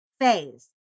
phase